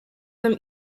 them